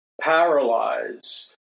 paralyzed